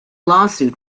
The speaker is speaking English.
lawsuit